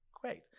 great